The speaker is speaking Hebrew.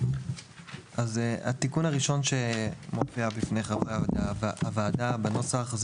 התיקון הראשון שמופיע בפני חברי הוועדה בנוסח,